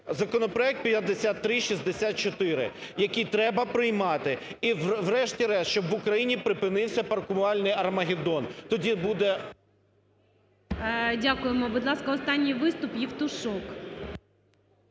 Законопроект 5364, який треба приймати. І врешті-решт, щоб в Україні припинився "паркувальний Армагеддон", тоді буде… ГОЛОВУЮЧИЙ. Дякуємо. Будь ласка, останній виступ, Євтушок.